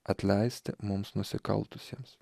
atleisti mums nusikaltusiems